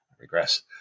regress